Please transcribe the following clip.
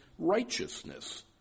righteousness